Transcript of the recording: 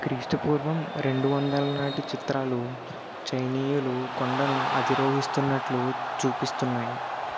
క్రీస్తు పూర్వం రెండు వందల నాటి చిత్రాలు చైనీయులు కొండను అధిరోహిస్తున్నట్లు చూపిస్తున్నాయి